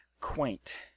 quaint